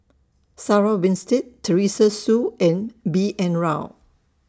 Sarah Winstedt Teresa Hsu and B N Rao